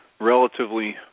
relatively